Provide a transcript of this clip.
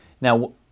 Now